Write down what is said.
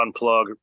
unplug